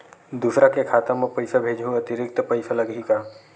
दूसरा के खाता म पईसा भेजहूँ अतिरिक्त पईसा लगही का?